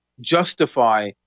justify